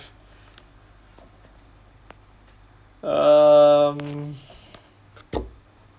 um